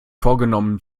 vorgenommen